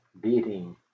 beating